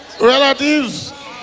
Relatives